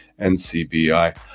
NCBI